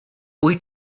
wyt